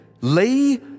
lay